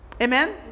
Amen